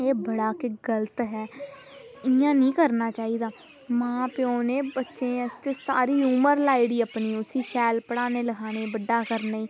एह् बड़ा गै गलत ऐ इंया निं करना चाहिदा मां प्योऽ नै बच्चें आस्तै सारी उमर लाई ओड़ी तके अपना उसीा शैल पढ़ाने लि्खाने ते उसगी बड्डा करने